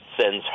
sends